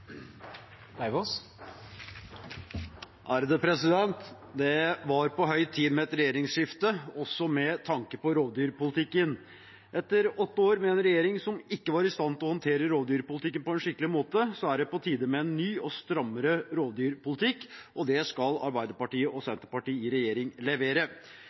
Det var på høy tid med et regjeringsskifte, også med tanke på rovdyrpolitikken. Etter åtte år med en regjering som ikke var i stand til å håndtere rovdyrpolitikken på en skikkelig måte, er det på tide med en ny og strammere rovdyrpolitikk, og det skal Arbeiderpartiet og Senterpartiet i regjering levere.